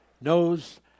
knows